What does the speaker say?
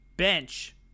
bench